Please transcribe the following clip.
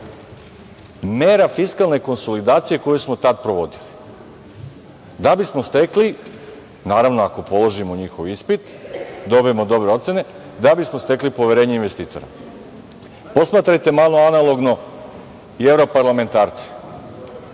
mera fiskalne konsolidacije koje smo tada provodili da bismo stekli, naravno, ako položimo njihov ispit, dobijemo dobre ocene, poverenje investitora. Posmatrajte malo analogno i evroparlamentarce.